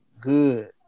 good